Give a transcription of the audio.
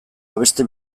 abesti